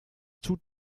tut